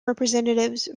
representatives